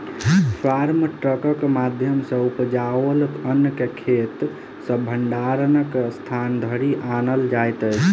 farm ट्रकक माध्यम सॅ उपजाओल अन्न के खेत सॅ भंडारणक स्थान धरि आनल जाइत अछि